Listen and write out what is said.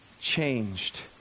changed